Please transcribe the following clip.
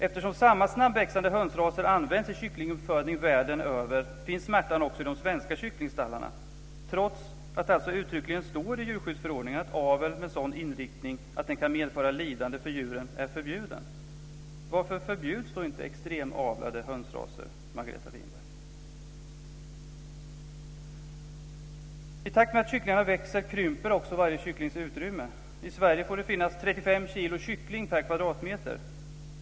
Eftersom samma snabbväxande hönsraser används i kycklinguppfödning världen över finns smärtan också i de svenska kycklingstallarna trots att det uttryckligen står i djurskyddsförordningen att avel med sådan inriktning att den kan medföra lidande för djuren är förbjuden. Varför förbjuds då inte extremavlade hönsraser, Margareta Winberg? I takt med att kycklingarna växer krymper också varje kycklings utrymme. I Sverige får det finnas 35 kilo kyckling per kvadratmeter.